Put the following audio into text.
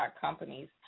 companies